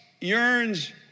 yearns